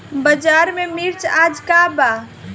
बाजार में मिर्च आज का बा?